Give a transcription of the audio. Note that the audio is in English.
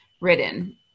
written